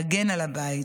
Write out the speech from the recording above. להגן על הבית.